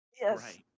Yes